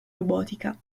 robotica